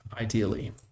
Ideally